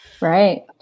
right